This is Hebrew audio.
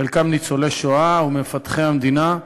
חלקם ניצולי שואה ומפתחי המדינה,